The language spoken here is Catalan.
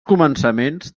començaments